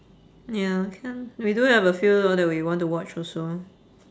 ya can we do have a few more that we want to watch also